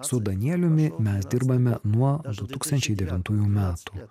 su danieliumi mes dirbame nuo du tūkstančiai devintųjų metų